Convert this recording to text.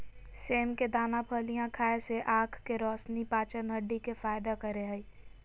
सेम के दाना फलियां खाय से आँख के रोशनी, पाचन, हड्डी के फायदा करे हइ